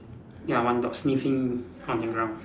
ya one dog sniffing on the ground